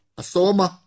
asoma